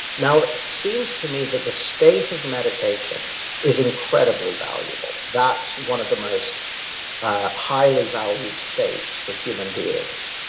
now, it seems to me that the state of meditation is incredibly valuable. that's one of the most ah highly valued states for human beings.